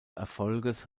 erfolges